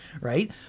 right